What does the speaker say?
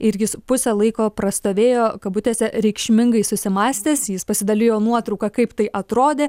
ir jis pusę laiko prastovėjo kabutėse reikšmingai susimąstęs jis pasidalijo nuotrauka kaip tai atrodė